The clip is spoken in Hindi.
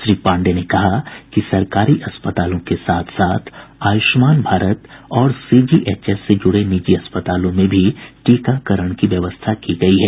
श्री पांडेय ने कहा कि सरकारी अस्पतालों के साथ साथ आयुष्मान भारत और सीजीएचएस से जुड़े निजी अस्पतालों में भी टीकारण की व्यवस्था की गयी है